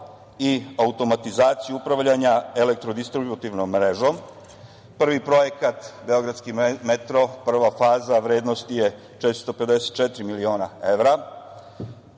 i automatizaciju upravljanja elektrodistributivnom mrežom. Prvi projekat Beogradski metro, prva faza, vrednost je 454 miliona evra,